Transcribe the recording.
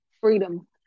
freedom